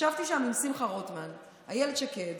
ישבתי שם עם שמחה רוטמן, אילת שקד